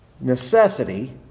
necessity